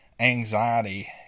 anxiety